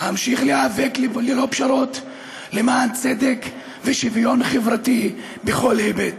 אמשיך להיאבק ללא פשרות למען צדק ושוויון חברתי בכל היבט.